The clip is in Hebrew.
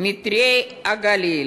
"מיתרי הגליל",